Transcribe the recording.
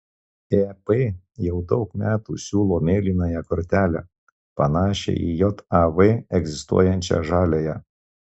ep jau daug metų siūlo mėlynąją kortelę panašią į jav egzistuojančią žaliąją